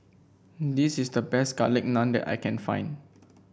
this is the best Garlic Naan that I can find